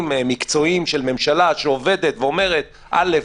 מקצועיים של ממשלה שעובדת ואומרת א',